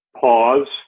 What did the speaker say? pause